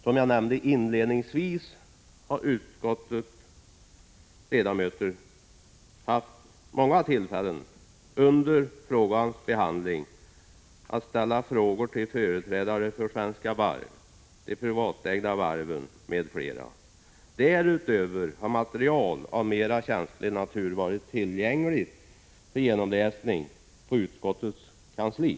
Som jag nämnde inledningsvis har utskottets ledamöter under ärendets behandling haft många tillfällen att ställa frågor till företrädare för Svenska Varv och de privatägda varven m.fl. Därutöver har material av mera känslig natur varit tillgängligt för genomläsning på utskottets kansli.